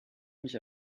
mich